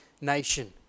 nation